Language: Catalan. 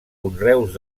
conreus